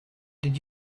did